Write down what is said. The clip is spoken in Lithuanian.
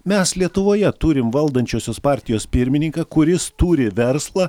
mes lietuvoje turim valdančiosios partijos pirmininką kuris turi verslą